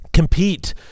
compete